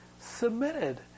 submitted